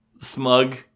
smug